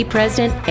President